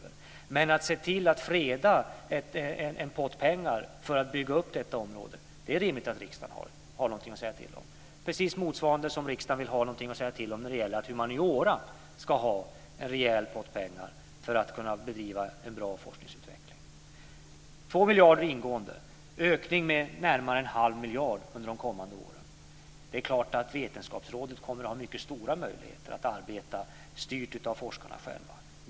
Men när det gäller att se till att freda en pott pengar för att bygga upp detta område är det rimligt att riksdagen har någonting att säga till om. På motsvarande sätt vill riksdagen ha någonting att säga till om när det gäller att humaniora ska ha en rejäl pott pengar för att kunna bedriva en bra forskning. Det är 2 miljarder ingående - en ökning med närmare en halv miljard under de kommande åren. Det är klart att Vetenskapsrådet kommer att ha mycket stora möjligheter att arbeta, styrt av forskarna själva.